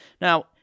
Now